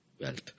wealth